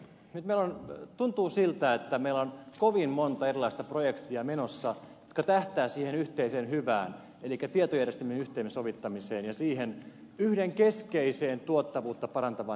nyt tuntuu siltä että meillä on kovin monta erilaista projektia menossa jotka tähtäävät siihen yhteiseen hyvään elikkä tietojärjestelmien yhteensovittamiseen ja siihen yhteen keskeiseen tuottavuutta parantavaan elementtiin